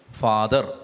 father